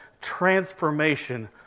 transformation